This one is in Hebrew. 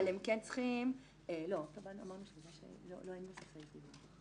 לא קבענו סעיף דיווח,